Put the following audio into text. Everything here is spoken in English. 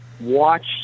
watch